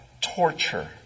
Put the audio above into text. torture